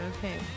Okay